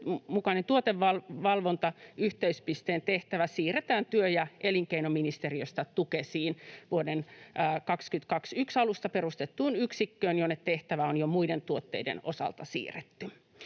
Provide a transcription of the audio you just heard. mukainen rakennustuoteyhteyspisteen tehtävä siirretään työ- ja elinkeinoministeriöstä Tukesiin vuoden 2021 alusta perustettuun yksikköön, jonne tehtävä on muiden tuotteiden osalta jo siirretty.